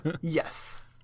Yes